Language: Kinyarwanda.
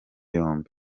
yombi